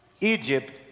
Egypt